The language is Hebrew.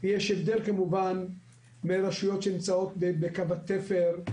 יש הבדל כמובן בין רשויות שנמצאות בקו התפר,